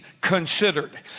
considered